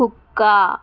కుక్క